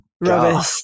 Rubbish